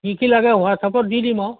কি কি লাগে হোৱাটছআপত দি দিম আৰু